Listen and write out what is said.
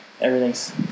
everything's